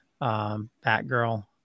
Batgirl